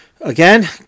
again